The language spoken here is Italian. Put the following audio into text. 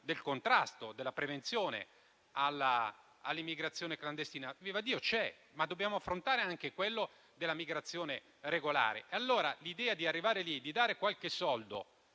del contrasto, della prevenzione all'immigrazione clandestina. Fortunatamente c'è, ma dobbiamo affrontare anche quello della migrazione regolare. L'idea di arrivare lì, di dare qualche soldo,